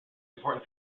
important